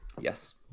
Yes